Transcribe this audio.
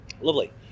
Lovely